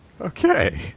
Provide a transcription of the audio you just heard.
Okay